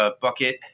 bucket